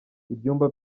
ibyumba